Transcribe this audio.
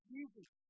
Jesus